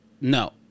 no